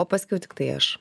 o paskiau tiktai aš